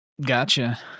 Gotcha